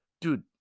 dude